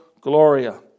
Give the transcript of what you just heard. gloria